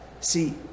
See